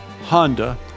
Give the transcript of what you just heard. Honda